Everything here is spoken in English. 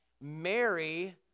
Mary